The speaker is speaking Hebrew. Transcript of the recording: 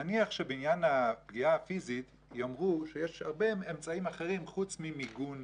נניח שבעניין הפגיעה הפיזית יאמרו שיש הרבה אמצעים אחרים חוץ ממיגון,